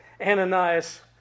Ananias